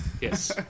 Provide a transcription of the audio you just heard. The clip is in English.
Yes